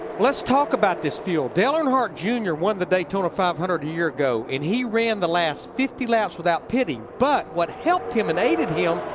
let's talk about this fuel. dale earnhardt jr. won the daytona five hundred a year ago and he ran the last fifty laps without pitting. but what helped him and aided him,